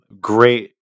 great